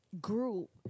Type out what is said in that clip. group